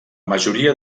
majoria